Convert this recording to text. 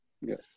Yes